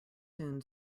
soon